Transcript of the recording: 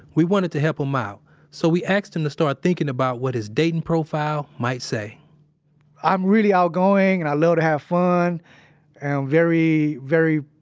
we wanted to help him out so, we asked him to start thinking about what his datin' profile might say i'm really outgoing and i love to have fun. and i'm very very,